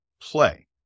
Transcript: play